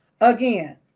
again